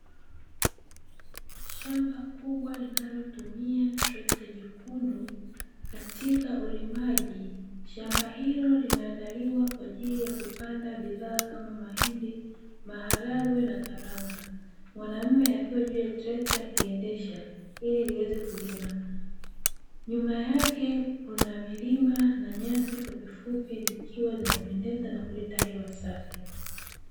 Shamba kubwa linalotumia trekta jekundu katika ulimaji. Shamba hilo linaandaliwa kwa ajili ya kupanda bidhaa kama mahindi, maharagwe na karanga. Mwanaume akiwa juu ya trekta akiendesha ili liweze kulima. Nyuma yake kuna milima na nyasi fupifupi zikiwa zinapendeza na kuleta hewa safi.